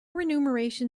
renumeration